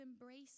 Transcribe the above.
embrace